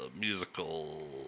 musical